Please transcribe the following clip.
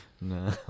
No